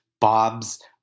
Bob's